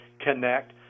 connect